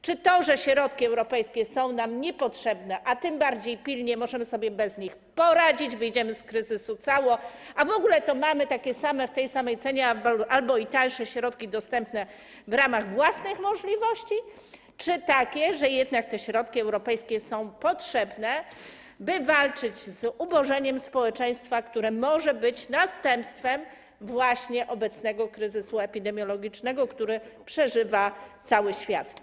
Czy to, że środki europejskie nie są nam potrzebne, a tym bardziej - pilnie potrzebne, że możemy sobie bez nich poradzić, wyjdziemy z kryzysu cało, a w ogóle to mamy takie same w tej samej cenie albo i tańsze środki dostępne w ramach własnych możliwości, czy to, że jednak te środki europejskie są potrzebne, by walczyć z ubożeniem społeczeństwa, które może być następstwem właśnie obecnego kryzysu epidemiologicznego, który przeżywa cały świat?